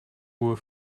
uhr